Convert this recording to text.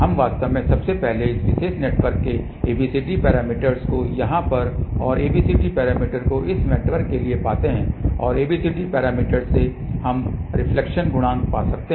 हम वास्तव में सबसे पहले इस विशेष नेटवर्क के ABCD पैरामीटर्स को यहां और ABCD पैरामीटर्स को इस नेटवर्क के लिए पाते हैं और ABCD पैरामीटर्स से हम रिफ्लेक्शन गुणांक पा सकते हैं